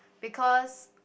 because